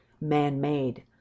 man-made